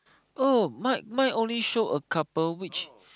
oh my mine only show a couple which